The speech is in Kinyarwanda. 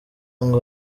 ngo